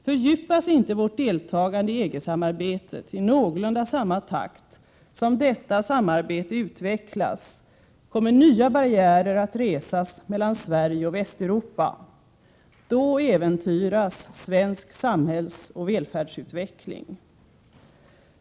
Fördjupas inte vårt deltagande i EG-samarbetet i någorlunda samma takt som detta samarbete utvecklas, kommer nya barriärer att resas mellan Sverige och Västeuropa. Då äventyras svensk samhällsoch välfärdsutveckling.